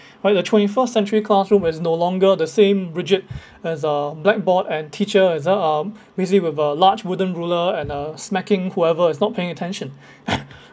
right the twenty-first-century classroom is no longer the same rigid as a blackboard and teachers as a um usually with a large wooden ruler and uh smacking whoever is not paying attention